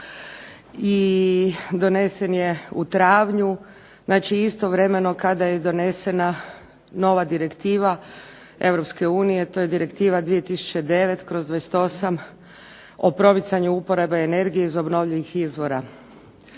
i donesen je u travnju. Znači, istovremeno kada je donesena nova direktiva EU, a to je Direktiva 2009/28 o promicanju uporabe energije iz obnovljivih izvora.